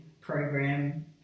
program